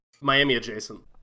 Miami-adjacent